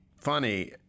funny